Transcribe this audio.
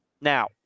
Now